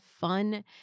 fun